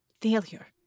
failure